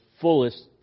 fullest